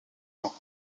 temps